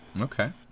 Okay